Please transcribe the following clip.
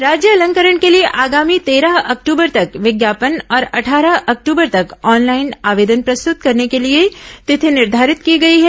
राज्य अलंकरण के लिए आगामी तेरह अक्ट्रबर तक विज्ञापन और अट्ठारह अक्ट्रबर तक ऑनलाइन आवेदन प्रस्तृत करने के लिए तिथि निर्धारित की गई है